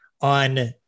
on